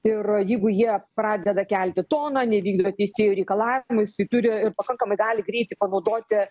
ir jeigu jie pradeda kelti toną nevykdo teisėjo reikalavimų jisai turi pakankamai gali greitai panaudoti